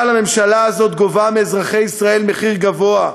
אבל הממשלה הזאת גובה מאזרחי ישראל מחיר גבוה,